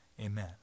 Amen